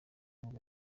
nibwo